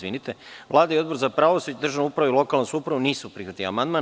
Vlada i Odbor za pravosuđe i državnu upravu i lokalnu samoupravu nisu prihvatili amandman.